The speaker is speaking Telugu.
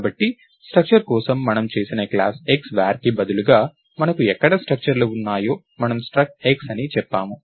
కాబట్టి స్ట్రక్చర్ కోసం మనము చేసిన క్లాస్ X varకి బదులుగా మనకు ఎక్కడ స్ట్రక్చర్ లు ఉన్నాయో మనము స్ట్రక్ట్ X అని చెప్పాము